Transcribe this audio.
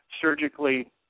surgically